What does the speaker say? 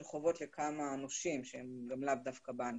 חובות לכמה נושים שהם גם לאו דווקא בנקים.